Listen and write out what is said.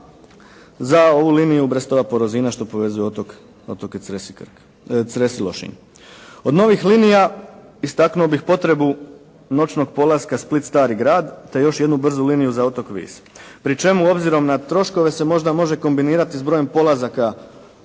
za ovu liniju Brestova – Porozina što povezuje otoke Cres i Krk, Cres i Lošinj. Od novih linija istaknuo bih potrebu noćnog polaska Split – Stari grad, te još jednu brzu liniju za otok Vis, pri čemu obzirom na troškove se možda može kombinirati s brojem polazaka